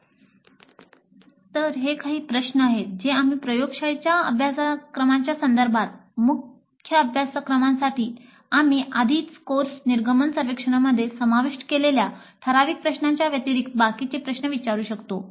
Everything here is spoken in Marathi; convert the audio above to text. " तर हे काही प्रश्न आहेत जे आम्ही प्रयोगशाळांच्या अभ्यासक्रमांच्या संदर्भात मुख्य अभ्यासक्रमांसाठी आम्ही आधीच कोर्स निर्गमन सर्वेक्षणामध्ये समाविष्ट केलेल्या ठराविक प्रश्नांच्या व्यतिरिक्त बाकीचे प्रश्न विचारू शकतो